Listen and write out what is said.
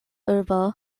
urbo